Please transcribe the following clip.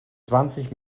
zwanzig